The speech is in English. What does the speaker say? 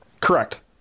Correct